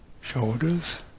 shoulders